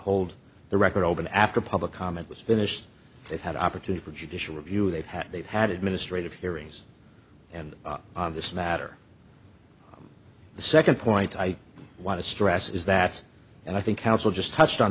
hold the record open after public comment was finished that had opportunity for judicial review they've had they've had administrative hearings and this matter the second point i want to stress is that and i think counsel just touched on